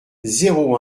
zéro